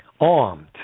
armed